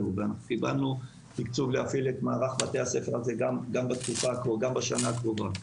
קיבלנו תקצוב להפעיל את מערך בתי הספר הזה גם בשנה הקרובה,